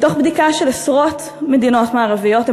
מתוך בדיקה של עשרות מדינות מערביות הם